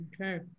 Okay